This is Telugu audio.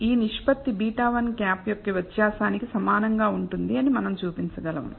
ఈ నిష్పత్తి β̂1 యొక్క వ్యత్యాసానికి సమానంగా ఉంటుంది అని మనం చూపించగలము